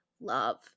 love